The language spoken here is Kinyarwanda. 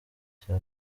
cya